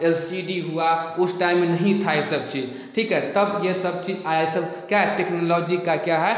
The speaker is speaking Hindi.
एल सी डी हुआ उस टाइम में नही था ये सब चीज ठीक है तब ये सब चीज आए सब क्या है टेक्नोलॉजी का क्या है